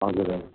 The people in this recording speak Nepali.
हजुर हजुर